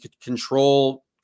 control